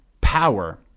Power